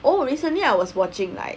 oh recently I was watching like